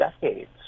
decades